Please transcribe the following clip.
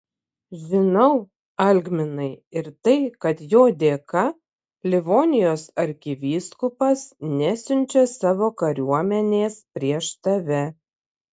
žinau algminai ir tai kad jo dėka livonijos arkivyskupas nesiunčia savo kariuomenės prieš tave